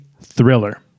thriller